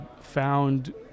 found